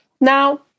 Now